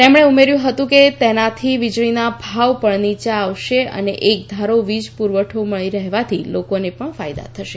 તેમણે ઉમેર્યું હતું કે તેનાથી વીજળીના ભાવ પણ નીયા આવશે અને એકધારો વીજ પુરવઠો મળી રહેવાથી લોકોને પણ ફાયદો થશે